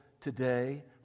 today